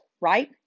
Right